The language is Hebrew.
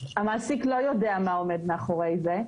המעסיק לא יודע מה עומד מאחורי זה,